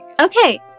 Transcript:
Okay